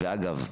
אגב,